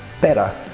better